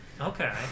Okay